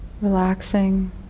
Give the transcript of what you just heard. relaxing